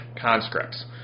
conscripts